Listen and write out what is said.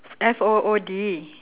F O O D